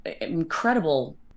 incredible